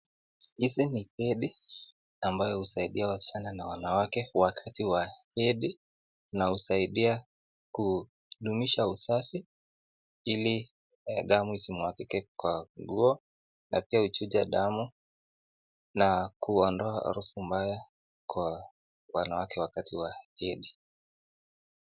Hizi ni pedi ambayo husaidia wasichana na wanawake wakati wa hedhi na husaidia kudumisha usafi ili damu isimwagike kwa nguo na pia huchuja damu na kuondoa harufu mbaya kwa wanawake wakati wa hedhi.